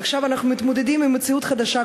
עכשיו אנחנו מתמודדים עם מציאות חדשה,